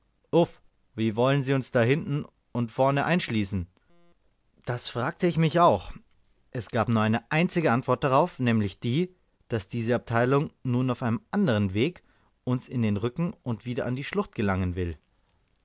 wie wollen sie uns da hinten und vorn einschließen das fragte ich mich auch es gab nur eine einzige antwort darauf nämlich die daß diese abteilung nun auf einem andern wege uns in den rücken und wieder an die schlucht gelangen will